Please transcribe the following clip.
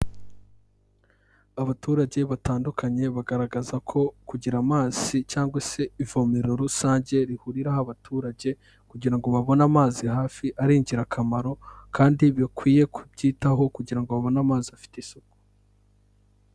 Abaturage batandukanye bagaragaza ko kugira amazi cyangwa se ivomero rusange rihuriraho abaturage, kugira ngo babone amazi hafi ari ingirakamaro kandi bakwiye kubyitaho kugira ngo babone amazi afite isuku.